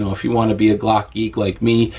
if you wanna be a glock geek like me,